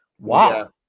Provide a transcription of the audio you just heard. Wow